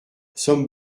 sommes